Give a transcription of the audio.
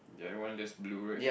that one just blue right